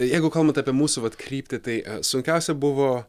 jeigu kalbant apie mūsų vat kryptį tai sunkiausia buvo